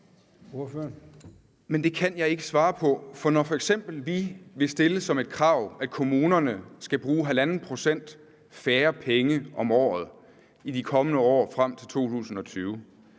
Det kan jeg ikke svare på, for når vi f.eks. vil stille som et krav, at kommunerne skal bruge 1,5 pct. færre penge om året i de kommende år frem til 2020,